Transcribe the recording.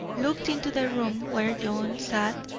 looked into the room where john sat,